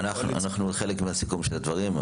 זה חלק מהסיכום של הדברים,